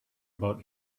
about